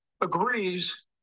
agrees